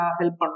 help